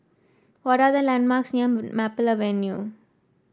what are the landmarks near Maple Avenue